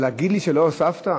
אבל להגיד לי שלא הוספתי?